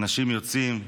אנשים יוצאים להפגין.